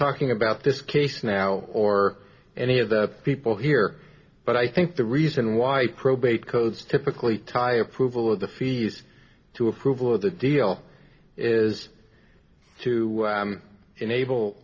talking about this case now or any of the people here but i think the reason why probate codes typically tie approval of the fees to approval of the deal is to enable